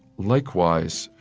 likewise,